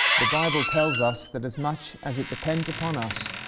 the bible tells us that as much as it depends upon us,